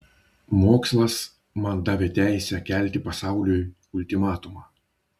mokslas man davė teisę kelti pasauliui ultimatumą